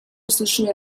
услышали